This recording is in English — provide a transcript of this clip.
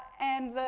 and,